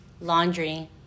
Laundry